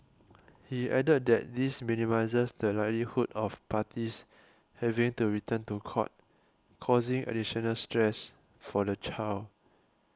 he added that this minimises the likelihood of parties having to return to court causing additional stress for the child